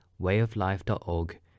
wayoflife.org